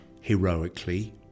heroically